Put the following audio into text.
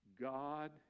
God